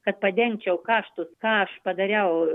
kad padengčiau kaštus ką aš padariau